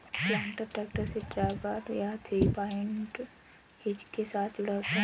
planter tractor से drawbar या three point hitch के साथ जुड़ा होता है